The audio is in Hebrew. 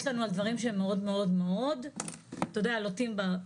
לנו על דברים שהם מאוד מאוד לוטים בערפל.